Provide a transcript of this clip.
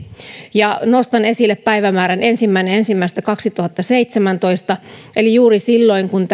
nostan esille päivämäärän ensimmäinen ensimmäistä kaksituhattaseitsemäntoista eli juuri sen kun